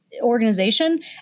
organization